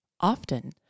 Often